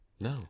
No